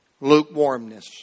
Lukewarmness